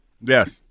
Yes